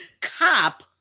cop